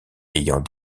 ayant